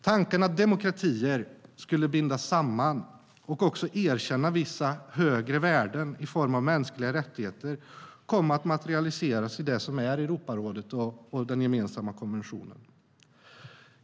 Tanken att demokratier skulle bindas samman och även erkänna vissa högre värden i form av mänskliga rättigheter kom att materialiseras i det som är Europarådet och den gemensamma konventionen.